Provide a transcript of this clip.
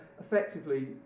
effectively